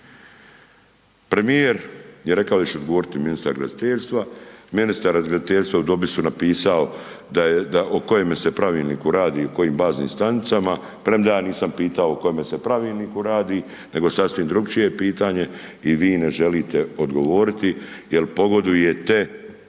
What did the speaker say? Premijer je rekao da će odgovoriti ministar graditeljstva, ministar graditeljstva u dopisu je napisao o kojemu pravilniku radi i kojim baznim stanicama premda ja nisam pitao o kojem se pravilniku radi nego sasvim drukčije pitanje i vi ne želite odgovoriti jer pogodujete